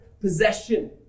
possession